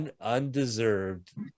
undeserved